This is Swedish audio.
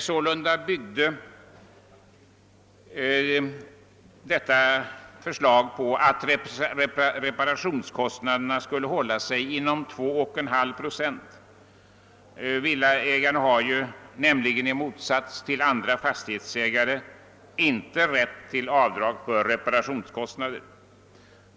Sålunda byggde det förslaget på att reparationskostnaderna skulle hålla sig inom 2,5 procent. Villaägaren har nämligen, i motsats till andra fastighetsägare, inte rätt till avdrag för reparationskostnader.